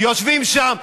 יושבים שם,